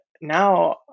now